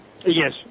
Yes